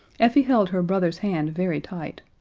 effie held her brother's hand very tight,